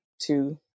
two